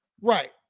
right